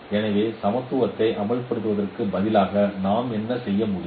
எனவே சமத்துவத்தை அமல்படுத்துவதற்கு பதிலாக நாம் என்ன செய்ய முடியும்